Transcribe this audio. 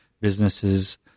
businesses